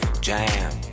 jam